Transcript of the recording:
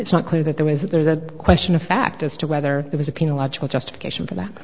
it's not clear that there was there's a question of fact as to whether it was a logical justification for that